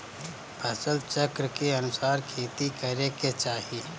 फसल चक्र के अनुसार खेती करे के चाही